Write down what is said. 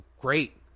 great